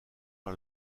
par